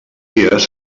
guies